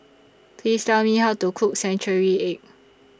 Please Tell Me How to Cook Century Egg